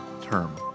term